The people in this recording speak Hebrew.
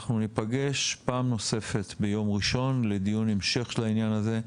אנחנו ניפגש פעם נוספת ביום ראשון לדיון המשך של העניין הזה.